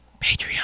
Patreon